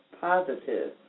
positive